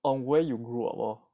and where you grew up lor